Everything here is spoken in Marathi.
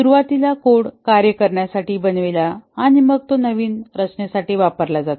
सुरुवातीला कोड कार्य करण्यासाठी बनविला आणि मग तो नवीन रचनेसाठी वापरला जातो